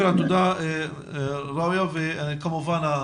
הבנות היפות של ראמז, אני רוצה להגיד לכן: